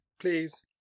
Please